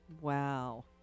Wow